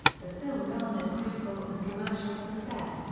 the film garnered critical and commercial success,